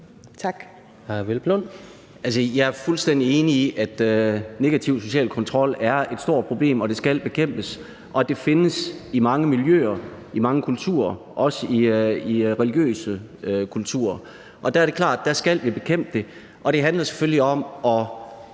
Jeg er fuldstændig enig i, at negativ social kontrol er et stort problem, og at det skal bekæmpes, og at det findes i mange miljøer og i mange kulturer og også i religiøse kulturer. Og det er klart, at vi skal bekæmpe det, og det handler selvfølgelig om at